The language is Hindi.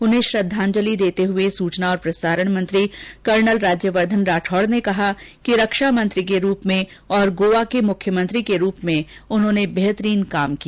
उन्हें श्रद्धांजलि देते हुए सूचना और प्रसारण मंत्री कर्नल राज्यवर्द्वन राठौड़ ने कहा कि रक्षा मंत्री के रूप में और गोवा के मुख्यमंत्री के रूप में उन्होंने बेहतरीन काम किया